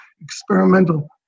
experimental